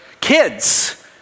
Kids